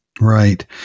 Right